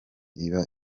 iba